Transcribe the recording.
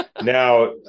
now